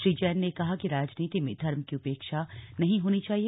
श्री जैन ने कहा कि राजनीति में धर्म की उपेक्षा नहीं होनी चाहिए